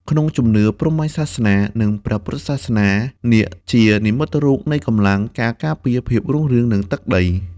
ក្នុងជំនឿព្រហ្មញ្ញសាសនា និងព្រះពុទ្ធសាសនា នាគជានិមិត្តរូបនៃកម្លាំង ការការពារ ភាពរុងរឿង និងទឹក។